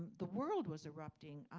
the world was erupting.